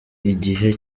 igihe